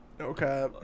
okay